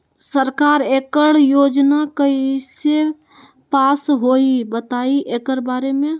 सरकार एकड़ योजना कईसे पास होई बताई एकर बारे मे?